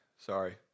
Sorry